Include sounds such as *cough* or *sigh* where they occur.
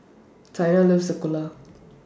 Taina loves *unintelligible*